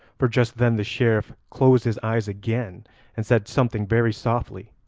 for just then the sheriff closed his eyes again and said something very softly,